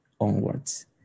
onwards